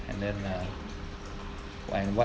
and then uh like what